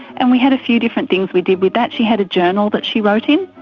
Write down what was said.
and we had a few different things we did with that. she had a journal that she wrote in,